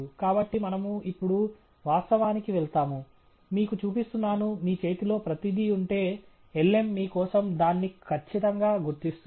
కాబట్టి మనము ఇప్పుడు వస్తావానికి వెళ్తాము మీకు చూపిస్తున్నాను మీ చేతిలో ప్రతిదీ ఉంటే lm మీ కోసం దాన్ని ఖచ్చితంగా గుర్తిస్తుంది